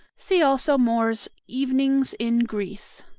see also moore's evenings in greece.